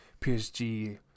PSG